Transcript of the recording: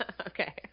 Okay